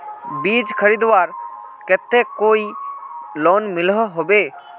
बीज खरीदवार केते कोई लोन मिलोहो होबे?